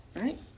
right